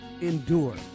endure